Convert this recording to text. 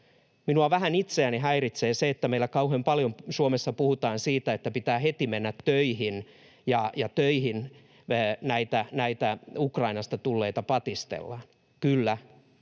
Minua vähän itseäni häiritsee se, että meillä kauhean paljon Suomessa puhutaan siitä, että pitää heti mennä töihin, ja töihin näitä Ukrainasta tulleita patistellaan. Kyllä,